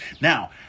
Now